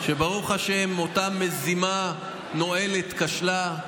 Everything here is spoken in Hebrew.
שברוך השם, אותה מזימה נואלת כשלה.